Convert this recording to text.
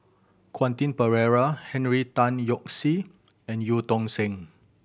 Quentin Pereira Henry Tan Yoke See and Eu Tong Sen